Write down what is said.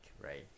right